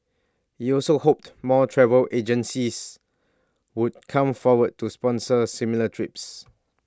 he also hoped more travel agencies would come forward to sponsor similar trips